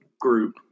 group